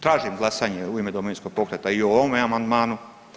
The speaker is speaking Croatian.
Tražim glasanje u ime Domovinskog pokreta i o ovome amandmanu.